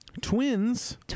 Twins